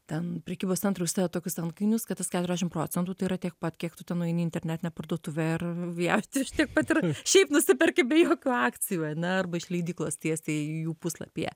ten prekybos centruose tokius antkainius kad tas keturiasdešimt procentų tai yra tiek pat kiek tu tu nueini į internetinę parduotuvę ar vijau aš tiek pat ir šiaip nusiperki be jokių akcijų ane arba iš leidyklos tiesiai į jų puslapyje